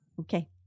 Okay